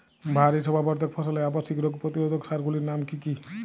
বাহারী শোভাবর্ধক ফসলের আবশ্যিক রোগ প্রতিরোধক সার গুলির নাম কি কি?